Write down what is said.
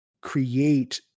create